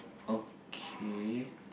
okay